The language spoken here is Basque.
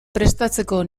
prestatzeko